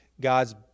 God's